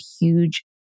huge